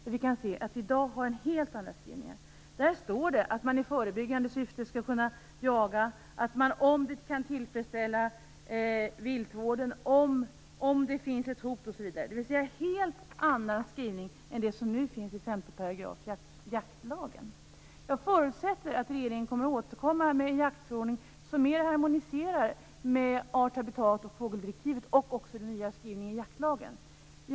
Där har vi i dag helt andra skrivningar. Där står det att man i förebyggande syfte skall kunna jaga om det kan tillfredsställa viltvården och om det finns ett hot osv. Det är alltså en helt annan skrivning än den som nu skall finnas i § 5 i jaktlagen. Jag förutsätter att regeringen kommer att återkomma med en jaktförordning som mer harmoniserar med art , habitat och fågeldirektivet och också med den nya skrivningen i jaktlagen.